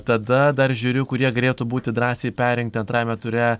tada dar žiūriu kurie galėtų būti drąsiai perrinkti antrajame ture